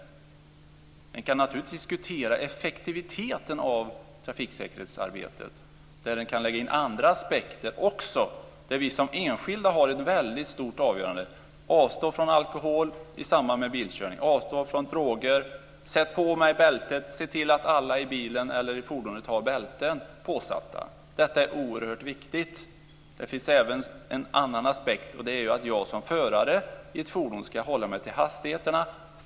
Men man kan naturligtvis diskutera effektiviteten av trafiksäkerhetsarbetet, och även lägga in andra aspekter där vi också som enskilda har ett stort avgörande. Avstå från alkohol i samband med bilkörning! Avstå från droger! Sätt på bältet! Se till att alla i bilen eller fordonet har bälten påsatta! Detta är oerhört viktigt. Det finns även en annan aspekt, nämligen att jag som förare av ett fordon ska hålla mig till hastigheterna.